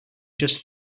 just